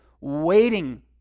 waiting